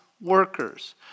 workers